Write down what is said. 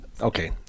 okay